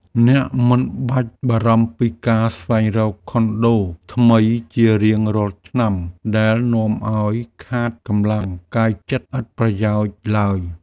អ្នកមិនបាច់បារម្ភពីការស្វែងរកខុនដូថ្មីជារៀងរាល់ឆ្នាំដែលនាំឱ្យខាតកម្លាំងកាយចិត្តឥតប្រយោជន៍ឡើយ។